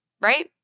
right